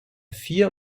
vier